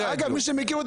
מי שמכיר אותי,